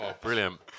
Brilliant